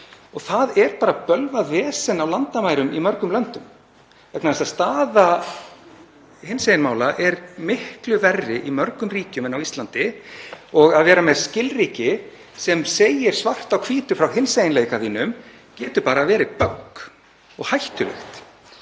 Það er bara bölvað vesen á landamærum í mörgum löndum vegna þess að staða hinsegin mála er miklu verri í mörgum ríkjum en á Íslandi. Og að vera með skilríki sem segja svart á hvítu frá hinseginleika þínum getur bara verið bögg og hættulegt.